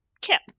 Kip